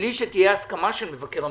מבלי שתהיה הסכמה של מבקר המדינה.